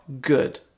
good